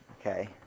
Okay